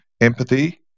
empathy